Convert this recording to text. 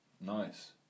Nice